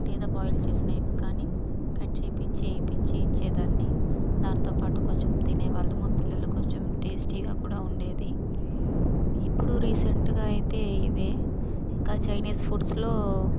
లేదా బాయిల్ చేసిన ఎగ్ కానీ కట్ చేపిచ్చి ఏపిచ్చి ఇచ్చేదాన్ని దాంతో పాటు కొంచెం తినేవాళ్ళము మా పిల్లలు కొంచెం టేస్టీగా కూడా ఉండేది ఇప్పుడు రీసెంట్గా అయితే ఇవే ఇంకా చైనీస్ ఫుడ్స్లో